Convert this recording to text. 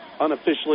Unofficially